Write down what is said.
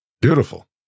Beautiful